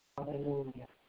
Hallelujah